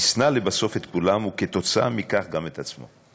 ישנא לבסוף את כולם, וכתוצאה מכך גם את עצמו.